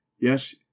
yes